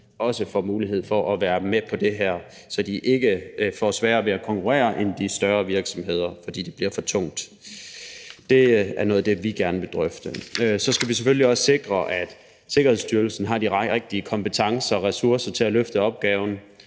også får mulighed for at være med på det her, og så de ikke får sværere ved at konkurrere end de større virksomheder, fordi det bliver for tungt. Det er noget af det, vi gerne vil drøfte. Så skal vi selvfølgelig også sikre, at Sikkerhedsstyrelsen har de rigtige kompetencer og ressourcer til at løfte opgaven,